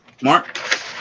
Mark